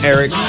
Eric